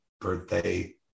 birthday